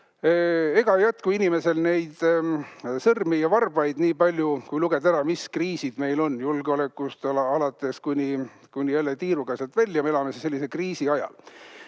ajas, kus inimesel ei jätku sõrmi ja varbaid nii palju, et lugeda ära, mis kriisid meil on: julgeolekust alates kuni jälle tiiruga sealt välja. Me elame sellisel kriisiajal.